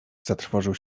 zatrwożył